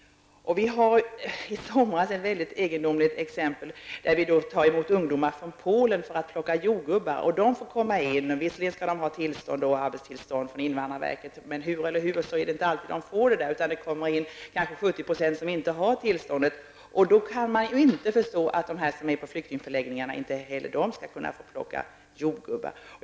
Vi har ett mycket egendomligt exempel från i somras. Vi tog emot ungdomar från Polen för att plocka jordgubbar. De fick komma hit -- visserligen skulle de ha tillstånd och arbetstillstånd från invandrarverket. Hur det än var så fick de inte alltid det, utan det var kanske 70 % som inte hade tillståndet. Då kan man inte förstå att de som är på flyktingförläggningarna inte skulle få plocka jordgubbar.